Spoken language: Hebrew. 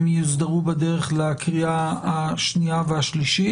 הם יוסדרו בדרך לקריאה השנייה והשלישית.